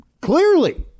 Clearly